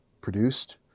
produced